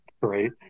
Great